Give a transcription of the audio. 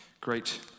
great